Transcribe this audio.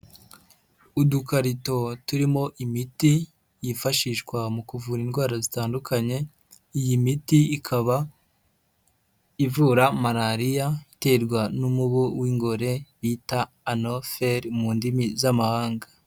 Udukarito turimo imiti yifashishwa mu kuvura indwara zitandukanye, iyi miti ikaba ivura Malariya iterwa n'umubu w'ingore bita anoferi mu ndimi z'amahanga.